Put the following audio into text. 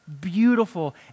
beautiful